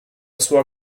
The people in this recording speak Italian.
sua